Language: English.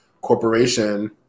corporation